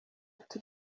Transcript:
ati